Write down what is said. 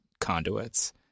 conduits